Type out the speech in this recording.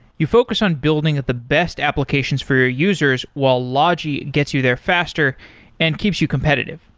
you focus on building at the best applications for your users while logi gets you there faster and keeps you competitive.